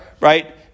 right